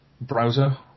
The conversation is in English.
browser